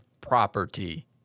property